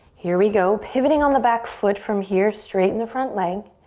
here we go. pivoting on the back foot, from here, straighten the front leg.